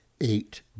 eight